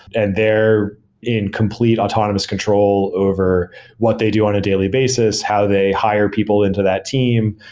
and they're in complete autonomous control over what they do on a daily basis. how they hire people into that team.